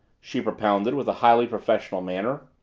she propounded with a highly professional manner.